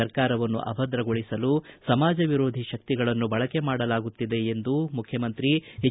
ಸರ್ಕಾರವನ್ನು ಅಭದ್ರಗೊಳಿಸಲು ಸಮಾಜ ವಿರೋಧಿ ಶಕ್ತಿಗಳನ್ನು ಬಳಕೆ ಮಾಡಿಕೊಳ್ಳಲಾಗುತ್ತಿದೆ ಎಂದು ಮುಖ್ಯಮಂತ್ರಿ ಹೆಚ್